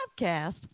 podcast